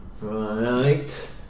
right